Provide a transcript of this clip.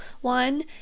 one